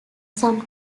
some